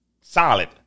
solid